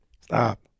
Stop